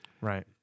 Right